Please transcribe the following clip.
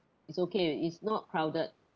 it's okay it's not crowded